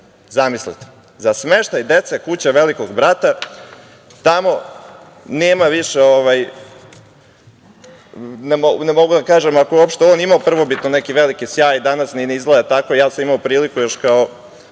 Zamislite, za smeštaj dece kuća Velikog brata, a tamo nema više, ne mogu da kažem, prvo ako je on imao prvobitno neki veliki sjaj, danas ni ne izgleda tako. Ja sam imao priliku kao